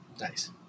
Nice